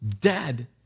dead